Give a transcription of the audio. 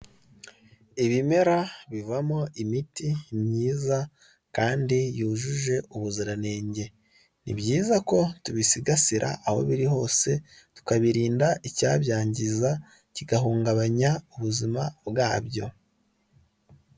Ibimera bivamo imiti myiza kandi yujuje ubuziranenge ni byiza ko tubisigasira aho biri hose tukabirinda icyabyangiza kigahungabanya ubuzima bwabyo.